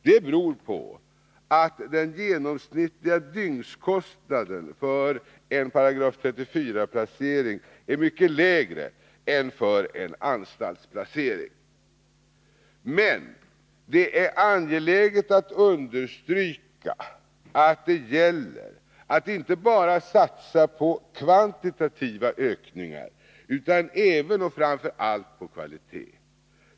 Detta beror på att den genomsnittliga dygnskostnaden för en 34 §-placering är mycket lägre än för en anstaltsplacering. Men det är angeläget att understryka att det gäller att inte bara satsa på kvantitativa ökningar utan även och framför allt på kvalitet.